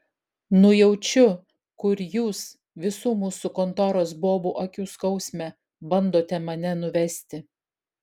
nujaučiu kur jūs visų mūsų kontoros bobų akių skausme bandote mane nuvesti